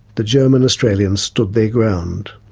the german australians stood their ground.